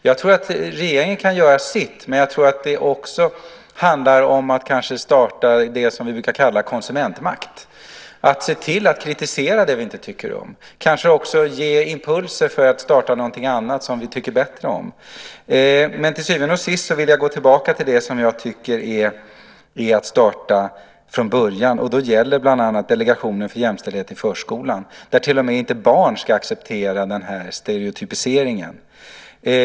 Jag tror att regeringen kan göra sitt, men det handlar kanske också om att starta det som vi brukar kalla för konsumentmakt. Det gäller att se till att kritisera det som vi inte tycker om och kanske också ge impulser till att starta någonting annat, som vi tycker bättre om. Till syvende och sist vill jag gå tillbaka till det som jag tycker är att starta från början. Det gäller bland annat Delegationen för jämställdhet i förskolan. Inte heller barn ska behöva acceptera stereotypiseringen.